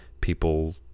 people